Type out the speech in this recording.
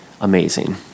amazing